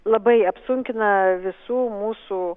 labai apsunkina visų mūsų